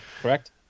correct